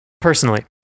personally